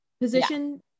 position